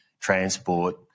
transport